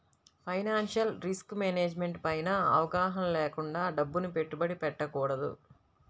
financial risk management పైన అవగాహన లేకుండా డబ్బుని పెట్టుబడి పెట్టకూడదు